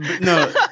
No